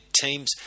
teams